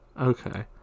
Okay